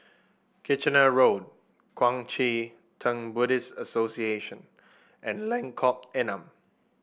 Kitchener Road Kuang Chee Tng Buddhist Association and Lengkong Enam